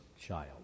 child